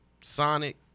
Sonic